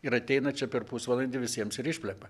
ir ateina čia per pusvalandį visiems ir išplepa